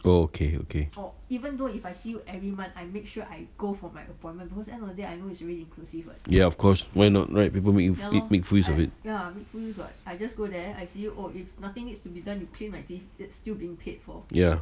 oh okay okay ya of course why not right people ma~ make full use of it ya